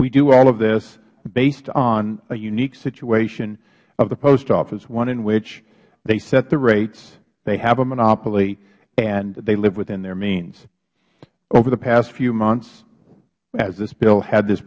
we do all of this based on a unique situation of the post office one in which they set the rates they have a monopoly and they live within their means over the past few months as this bill had this